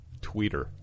tweeter